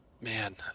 man